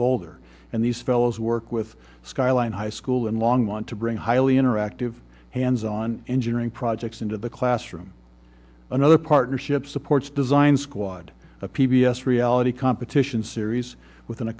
boulder and these fellows work with skyline high school and long want to bring highly interactive hands on engineering projects into the classroom another partnership supports design squad the p b s reality competition series with an a